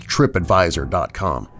TripAdvisor.com